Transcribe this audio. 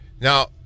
Now